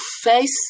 face